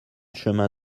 chemin